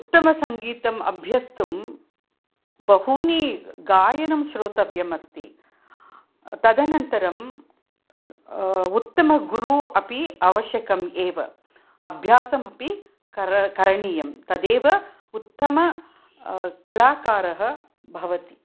उत्तमसङ्गीतम् अभ्यस्तुम् बहूनि गायनं श्रोतव्यम् अस्ति तदनन्तरं उत्तमगुरु अपि आवश्यकम् एव अभ्यासमपि कर करणीयं तदेव उत्तम कलाकारः भवति